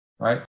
Right